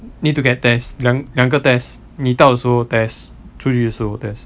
need to get tests 两两个 test 你到时候 test 出去的时候 test